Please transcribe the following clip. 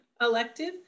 elective